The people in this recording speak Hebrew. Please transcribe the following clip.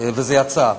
וזה יצא.